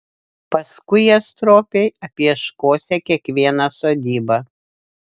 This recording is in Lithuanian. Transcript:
paskui jie stropiai apieškosią kiekvieną sodybą